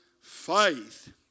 faith